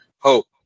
hope